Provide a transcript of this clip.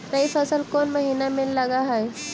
रबी फसल कोन महिना में लग है?